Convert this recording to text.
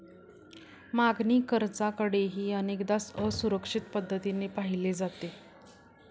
मागणी कर्जाकडेही अनेकदा असुरक्षित पद्धतीने पाहिले जाते